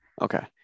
Okay